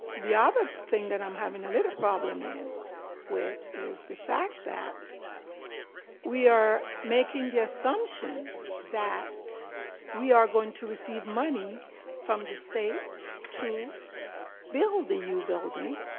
the other thing that i'm having a little problem is with is the fact that we are making the assumption that we are going to receive money from the state to build the u building.